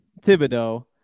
Thibodeau